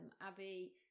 Abby